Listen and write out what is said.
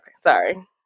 sorry